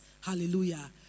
Hallelujah